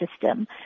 system